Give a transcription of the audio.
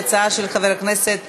כעת אנחנו עוברים להצעת חוק לימוד חובה (תיקון מס' 34)